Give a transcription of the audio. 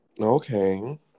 Okay